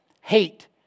hate